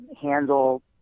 handle